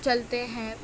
چلتے ہیں